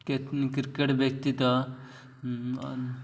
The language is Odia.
କେ କ୍ରିକେଟ ବ୍ୟତୀତ